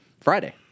Friday